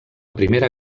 primera